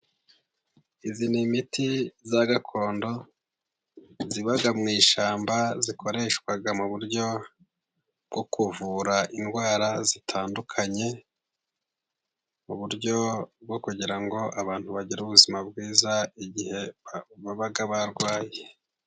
Iyi ni imiti ya gakondo, iba mu ishyamba, ikoreshwa mu buryo bwo kuvura indwara zitandukanye, uburyo bwo kugirango abantu bagire ubuzima bwiza, igihe baba barwaye.